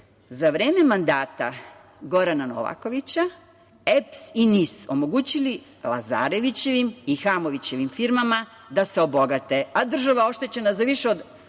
Za vreme mandata Gorana Novakovića, EPS i NIS omogućili Lazarevićevim i Hamovićevim firmama da se obogate, a država oštećena za više od